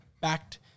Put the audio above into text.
backed